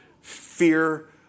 fear